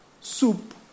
soup